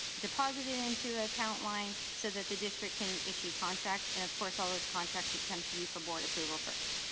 deposited into an ah account line, so that the district can issue contracts and of course all those contracts would come to you for board approval first.